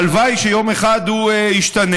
והלוואי שיום אחד הוא ישתנה.